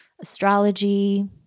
astrology